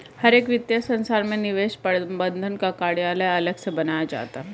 हर एक वित्तीय संस्था में निवेश प्रबन्धन का कार्यालय अलग से बनाया जाता है